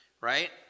Right